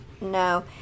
No